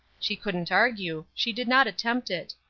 she couldn't argue she did not attempt it.